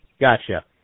Gotcha